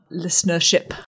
listenership